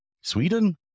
Sweden